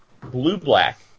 blue-black